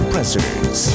Pressers